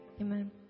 Amen